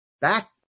Back